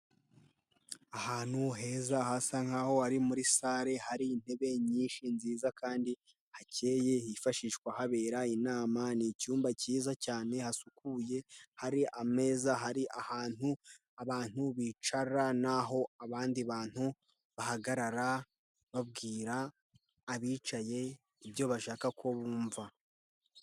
Ahantu heza hasa nkaho hari muri sare, hari intebe nyinshi nziza kandi hakeye, hifashishwa habera inama, ni icyumba cyiza cyane, hasukuye, hari ameza, hari ahantu abantu bicara, na ho abandi bantu bahagarara babwira abicaye, ibyo bashaka ko bumva.